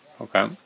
okay